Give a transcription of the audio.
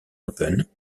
open